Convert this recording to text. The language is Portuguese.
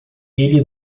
ele